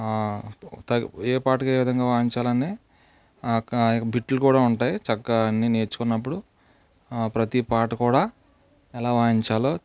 త ఏ పాటకి ఏ విధంగా వాయించాలని బిట్లు కూడా ఉంటాయి చక్కగా అన్నీ నేర్చుకున్నప్పుడు ప్రతీ పాట కూడా ఎలా వాయించాలో